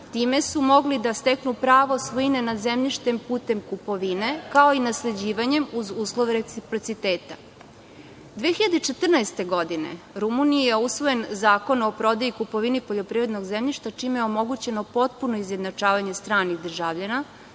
Time su mogli da steknu pravo svojine nad zemljištem putem kupovine, kao i nasleđivanjem uz uslov reciprociteta. Godine 2014. u Rumuniji je usvojen Zakon o prodaji i kupovini poljoprivrednog zemljišta, čime je omogućeno potpuno izjednačavanje stranih državljana